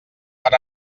per